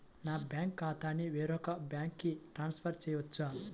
నా బ్యాంక్ ఖాతాని వేరొక బ్యాంక్కి ట్రాన్స్ఫర్ చేయొచ్చా?